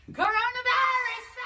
coronavirus